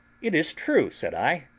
it is true, said i,